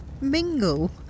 mingle